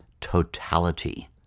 totality